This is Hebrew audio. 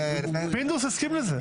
פינדרוס הסכים לזה.